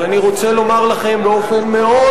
אבל אני רוצה לומר לכם באופן מאוד